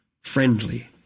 friendly